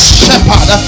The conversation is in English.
shepherd